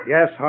Yes